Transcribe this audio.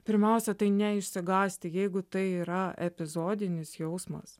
pirmiausia tai ne išsigąsti jeigu tai yra epizodinis jausmas